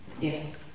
yes